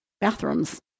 bathrooms